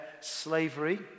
slavery